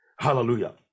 Hallelujah